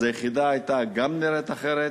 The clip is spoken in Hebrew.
אז גם היחידה היתה נראית אחרת